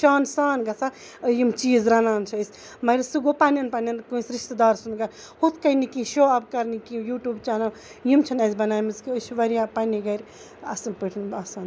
شان سان گژھان یِم چیٖز رَنان چھِ أسۍ مگر سُہ گوٚو پَنٕنین پَنٕنین کٲنسہِ رِشتٔدار سُند ہُتھ کٔنۍ نہٕ کیٚنہہ شو آف کرنہٕ کیٚنہہ یوٗٹوٗب چینل یِم چھِنہٕ اَسہِ بَنٲویمٕژٕ کیٚنہہ أسۍ چھ واریاہ پَنٕنہِ گرِ اَصٕل پٲٹھۍ آسان